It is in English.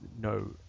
no